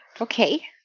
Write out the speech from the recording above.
Okay